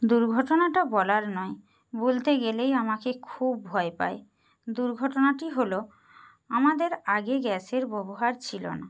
দুর্ঘটনাটা বলার নয় বলতে গেলেই আমাকে খুব ভয় পায় দুর্ঘটনাটি হলো আমাদের আগে গ্যাসের ব্যবহার ছিল না